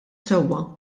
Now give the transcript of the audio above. sewwa